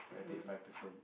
then I take five percent